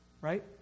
right